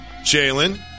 Jalen